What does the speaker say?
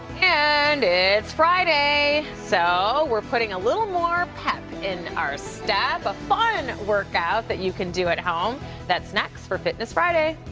and it's friday! so we're putting a little more pep in our step. a fun workout but you can do at home that's next for fitness friday